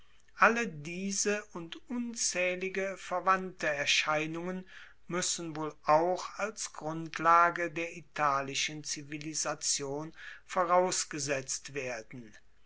alle diese und unzaehlige verwandte erscheinungen muessen wohl auch als grundlage der italischen zivilisation vorausgesetzt werden